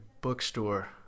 bookstore